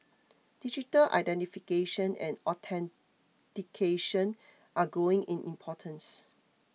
digital identification and authentication are growing in importance